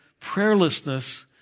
Prayerlessness